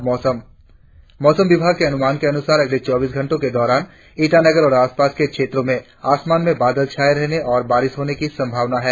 और अब मौसम मौसम विभाग के अनुमान के अनुसार अगले चौबीस घंटो के दौरान ईटानगर और आसपास के क्षेत्रो में आसमान में बादल छाये रहने और बारिश होने की संभावना है